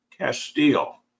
Castile